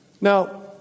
Now